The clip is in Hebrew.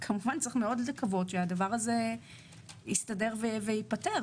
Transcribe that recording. כמובן צריך מאוד לקוות שהדבר הזה יסתדר וייפתר,